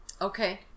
Okay